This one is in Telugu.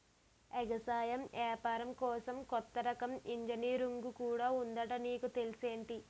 ఎగసాయం ఏపారం కోసం కొత్త రకం ఇంజనీరుంగు కూడా ఉందట నీకు తెల్సేటి?